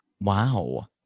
Wow